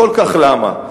כל כך למה?